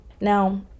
Now